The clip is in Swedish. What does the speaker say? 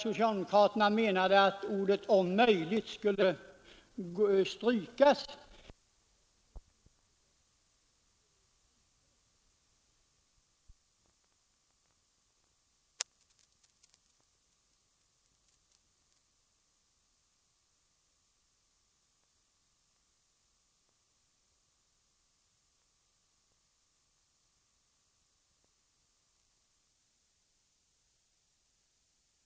Socialdemokraterna menade att ”om möjligt” skulle strykas, medan vi på den borgerliga sidan sade att vi ville bygga ut öppenvården i den takt som var rimlig, om möjligt fram till år 1975. Men nu vet alla hur det har blivit med skatteunderlagstillväxten; därvidlag är förhållandet likadant i Jönköpings län som i alla andra län. Detta alltså om orden ”om möjligt”.